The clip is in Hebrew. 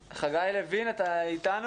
פרופ' חגי לוין, אתה איתנו?